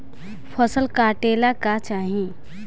फसल काटेला का चाही?